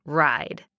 ride